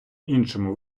іншому